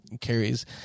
carries